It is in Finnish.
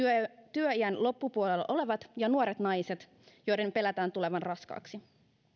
työiän loppupuolella olevat henkilöt ja nuoret naiset joiden pelätään tulevan raskaaksi